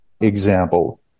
example